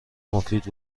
مفید